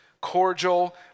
cordial